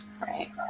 Right